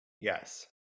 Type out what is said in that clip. yes